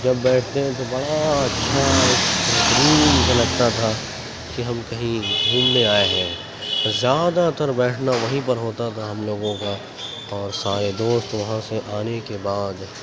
جب بیٹھتے ہیں تو بڑا اچھا سکون سا لگتا تھا کہ ہم کہیں گھومنے آئے ہیں زیادہ تر بیٹھنا وہیں پر ہوتا تھا ہم لوگوں کا اور سارے دوست وہاں سے آنے کے بعد